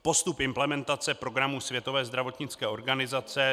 Postup implementace programu Světové zdravotnické organizace